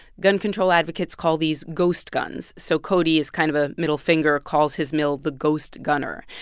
gun control advocates call these ghost guns. so cody, as kind of a middle finger, calls his mill the ghost gunner.